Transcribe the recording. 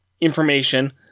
information